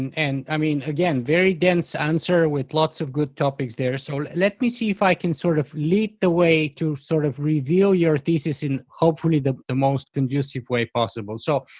and and i mean again, very dense answer with lots of topics there, so let me see if i can sort of lead the way to sort of reveal your thesis and hopefully the the most conducive way possible. so,